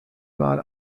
mal